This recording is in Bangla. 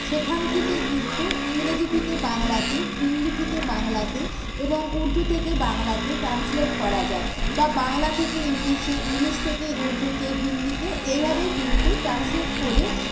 সেখান থেকে কিন্তু ইংরেজি থেকে বাংলাতে হিন্দি থেকে বাংলাতে এবং উর্দু থেকে বাংলাতে ট্রান্সলেট করা যায় বা বাংলা থেকে ইংলিশে ইংলিশ থেকে উর্দুতে হিন্দিতে এইভাবেই কিন্তু ট্রান্সলেট করে